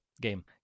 game